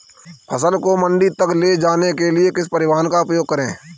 फसल को मंडी तक ले जाने के लिए किस परिवहन का उपयोग करें?